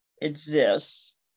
exists